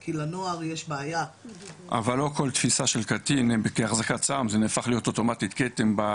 אבל לא כל תפיסה של קטין בהחזקת סם זה נהפך להיות אוטומטית כתם.